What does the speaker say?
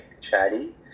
Chatty